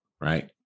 right